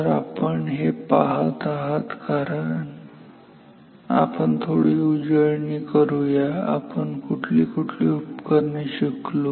तर आपण हे पाहत आहोत कारण आपण थोडी उजळणी करूया आपण कुठली कुठली उपकरणे शिकलो